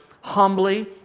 humbly